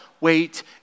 wait